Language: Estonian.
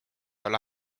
olla